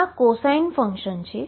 આ cosine function છે